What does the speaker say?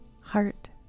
heart